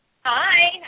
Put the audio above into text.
Hi